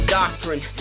doctrine